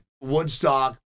Woodstock